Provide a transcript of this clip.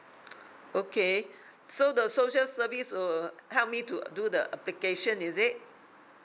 okay so the social service will help me to do the application is it